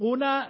Una